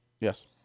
Yes